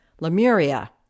Lemuria